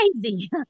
crazy